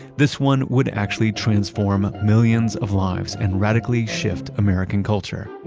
this one would actually transform millions of lives and radically shift american culture.